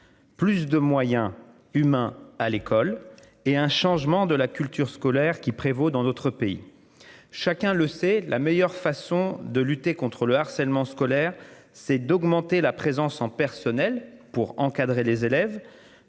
Plus de moyens humains à l'école et un changement de la culture scolaire qui prévaut dans d'autres pays, chacun le sait, la meilleure façon de lutter contre le harcèlement scolaire, c'est d'augmenter la présence en personnel pour encadrer les élèves.